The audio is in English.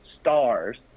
stars